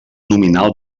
nominal